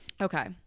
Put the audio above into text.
okay